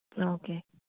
okay